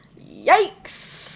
Yikes